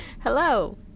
hello